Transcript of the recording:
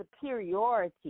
superiority